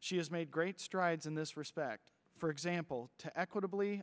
she has made great strides in this respect for example to equitably